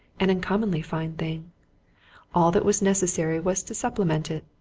an uncommonly fine thing all that was necessary was to supplement it.